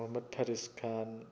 Mohammad Faris Khan